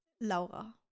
laura